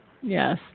yes